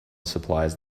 supplies